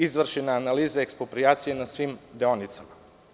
Izvršena je analizia eksproprijacije na svim deonicama.